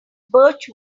birch